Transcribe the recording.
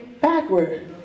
backward